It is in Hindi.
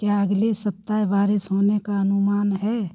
क्या अगले सप्ताह बारिश होने का अनुमान है